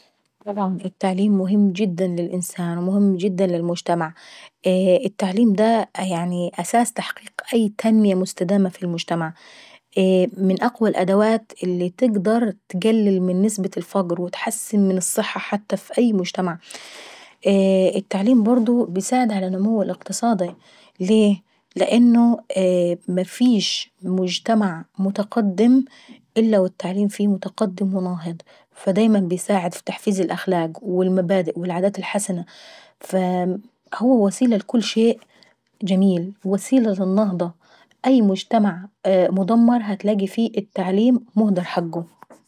طبعا التعليم مهم جدا للإنسان ومهم جدا للمجتمع. التعليم دااا أساسي لاي تنمية مستدامة في المجتمع. من اقوى الأدوات اللي تقدر تقلل من نسبة الفقر وتحسن حتى من صحة في أي مجتمع. التعليم برضه بيساعد على النمو الاقتصادي. ليه؟ لانه مفيش مجتمع متقدم الا والتعليم فيه متقدم وناهض فدايما بيساعد في تحفيز الاخلاق والمبادئ والعادات الحسنة. هو وسيلة لكل شيئ جميل ووسيلة للنهضة اي مجتمع مدمر هلاقي فيه التعليم مهدر حقه.